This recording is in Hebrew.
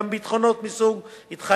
גם ביטחונות מסוג התחייבויות,